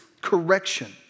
correction